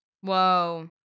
Whoa